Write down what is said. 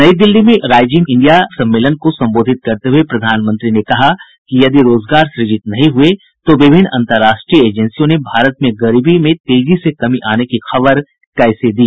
नई दिल्ली में rising India सम्मेलन को संबोधित करते हुए प्रधानमंत्री ने कहा कि यदि रोजगार सृजित नहीं हुए तो विभिन्न अंतरराष्ट्रीय एजेंसियों ने भारत में गरीबी में तेजी से कमी आने की खबर कैसे दी